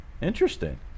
Interesting